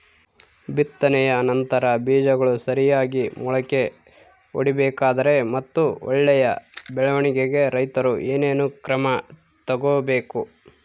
ಬಿತ್ತನೆಯ ನಂತರ ಬೇಜಗಳು ಸರಿಯಾಗಿ ಮೊಳಕೆ ಒಡಿಬೇಕಾದರೆ ಮತ್ತು ಒಳ್ಳೆಯ ಬೆಳವಣಿಗೆಗೆ ರೈತರು ಏನೇನು ಕ್ರಮ ತಗೋಬೇಕು?